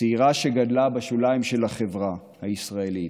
צעירה שגדלה בשוליים של החברה הישראלית,